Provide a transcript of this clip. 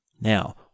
Now